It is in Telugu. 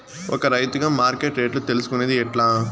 ఒక రైతుగా మార్కెట్ రేట్లు తెలుసుకొనేది ఎట్లా?